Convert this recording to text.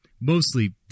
mostly